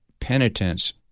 Penitence